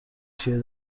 چیه